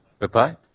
Goodbye